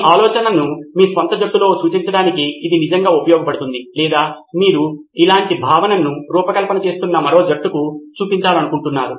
మీ ఆలోచనను మీ స్వంత జట్టులో సూచించడానికి ఇది నిజంగా ఉపయోగపడుతుంది లేదా మీరు ఇలాంటి భావనను రూపకల్పన చేస్తున్న మరొక జట్టుకు చూపించాలనుకుంటున్నారు